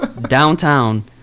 downtown